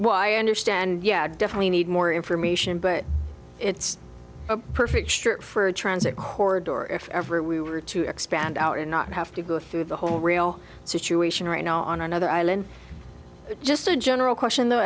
why i understand yeah definitely need more information but it's a perfect for transit horror door if ever we were to expand our not have to go through the whole real situation right now on another island just a general question though